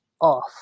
off